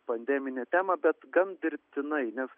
pandeminę temą bet gan dirbtinai nes